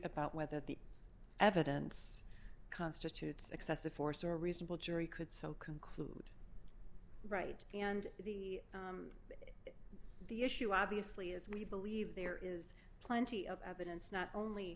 about whether the evidence constitutes excessive force or reasonable jury could so conclude right and the the issue obviously as we believe there is plenty of evidence not only